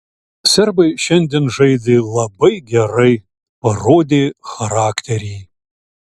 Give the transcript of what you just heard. serbai šiandien žaidė labai gerai parodė charakterį